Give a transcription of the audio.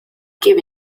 give